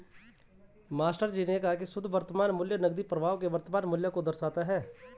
मास्टरजी ने कहा की शुद्ध वर्तमान मूल्य नकदी प्रवाह के वर्तमान मूल्य को दर्शाता है